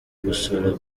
gusura